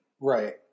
Right